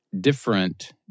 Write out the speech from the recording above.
different